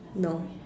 no